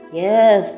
yes